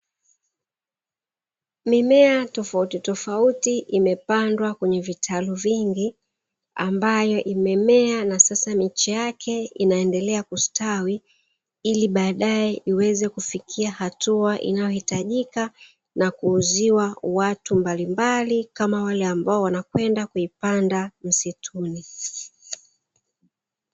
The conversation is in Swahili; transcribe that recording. Mimea tofauti tofauti imepandwa kwenye vitalu vingi, ambayo imemea na sasa micha yake inaendelea kustawi ili baadaye iweze kufikia hatua inayohitajika na kuuziwa watu mbalimbali, kama wale ambao wanakwenda kuipanda msituni.